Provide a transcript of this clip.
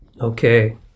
Okay